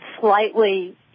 slightly